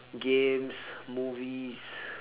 games movies